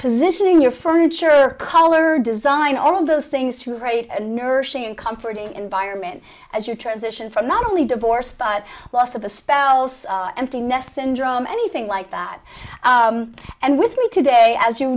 positioning your furniture or color design all of those things to write and nursing and comforting environment as your transition from not only divorced loss of a spell's empty nest syndrome anything like that and with me today as you